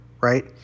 right